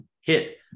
hit